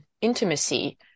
intimacy